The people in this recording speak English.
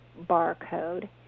barcode